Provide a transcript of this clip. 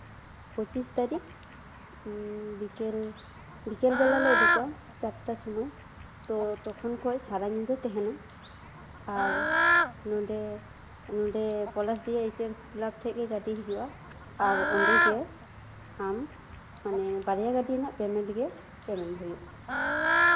ᱯᱚᱸᱪᱤᱥ ᱛᱟᱹᱨᱤᱠᱷ ᱵᱤᱠᱮᱞ ᱵᱤᱠᱮᱞ ᱵᱮᱞᱟ ᱞᱮ ᱩᱰᱩᱠᱚᱜᱼᱟ ᱪᱟᱨᱴᱟ ᱥᱚᱢᱚᱭ ᱛᱚ ᱛᱚᱠᱷᱚᱱ ᱠᱷᱚᱡ ᱥᱟᱨᱟ ᱧᱤᱫᱟᱹ ᱛᱟᱦᱮᱱᱟ ᱟᱨ ᱱᱚᱰᱮ ᱱᱚᱰᱮ ᱯᱚᱞᱟᱥᱰᱤᱦᱟ ᱤᱪᱮᱥ ᱠᱞᱟᱵᱽ ᱴᱷᱮᱱ ᱜᱮ ᱜᱟᱹᱰᱤ ᱦᱤᱡᱩᱜᱼᱟ ᱟᱨ ᱚᱰᱮᱜᱮ ᱟᱢ ᱢᱟᱱᱮ ᱵᱟᱨᱭᱟ ᱜᱟᱹᱰᱤ ᱨᱮᱱᱟᱜ ᱯᱮᱢᱮᱱᱴ ᱜᱮ ᱯᱮᱢᱮᱱᱴ ᱦᱩᱭᱩᱜᱼᱟ